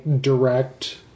direct